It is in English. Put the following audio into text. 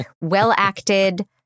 well-acted